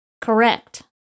Correct